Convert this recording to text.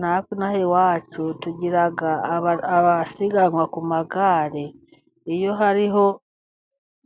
Natwe ino aha iwacu tugira abasiganwa ku magare. Iyo hariho